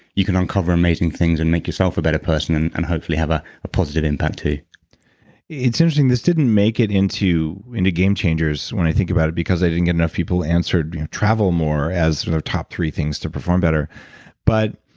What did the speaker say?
you can uncover amazing things and make yourself a better person and and hopefully have ah a positive impact too it's interesting this didn't make it into into game changers, when i think about it, because i didn't get enough people to answer travel more as top three things to perform better but,